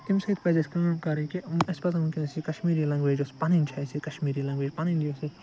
امہ سۭتۍ پَزِ اَسہِ کٲم کَرٕنۍ کہ اسہ پزَن ونکیٚنَس یہِ کَشمیٖری لَنٛگویج یوٚس پَنن چھِ اسہِ کَشمیٖری لَنٛگویج پنن یوٚس